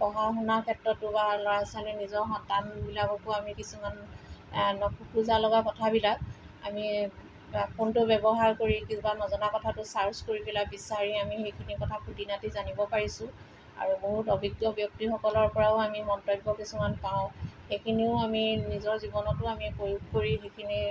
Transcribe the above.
পঢ়া শুনা ক্ষেত্ৰতো বা ল'ৰা ছোৱালী নিজৰ সন্তানবিলাককো আমি কিছুমান খোকোজা লগা কথাবিলাক আমি ফোনটো ব্যৱহাৰ কৰি কিছুমান নজনা কথাটো ছাৰ্চ কৰি পেলাই বিচাৰি আমি সেইখিনি কথা খুটিনাটি জানিব পাৰিছোঁ আৰু বহুত অভিজ্ঞ ব্যক্তিসকলৰ পৰাও আমি মন্তব্য কিছুমান পাওঁ সেইখিনিও আমি নিজৰ জীৱনতো আমি প্ৰয়োগ কৰি সেইখিনি